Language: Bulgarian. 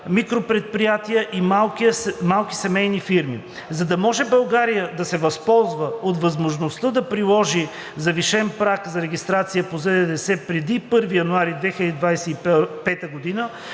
микропредприятия и малки семейни фирми. За да може България да се възползва от възможността да приложи завишен праг за регистрация по Закона за